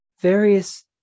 various